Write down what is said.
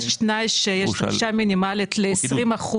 יש תנאי שיש דרישה מינימלית ל-20%